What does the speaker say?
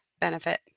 benefit